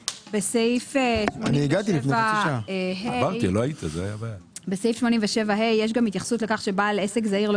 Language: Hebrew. בסעיף 87ה יש גם התייחסות לכך שבעל עסק זעיר לא